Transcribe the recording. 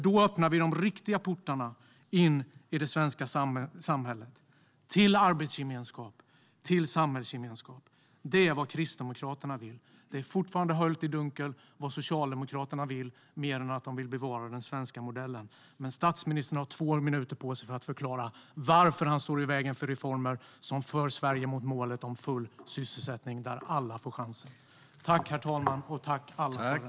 Då öppnar vi de riktiga portarna in i det svenska samhället, till arbetsgemenskap och samhällsgemenskap. Detta är vad Kristdemokraterna vill. Det är fortfarande höljt i dunkel vad Socialdemokraterna vill, mer än att bevara den svenska modellen. Statsministern har nu två minuter på sig att förklara varför han står i vägen för reformer som för Sverige mot målet om full sysselsättning där alla får chansen. Tack, alla, för denna debatt!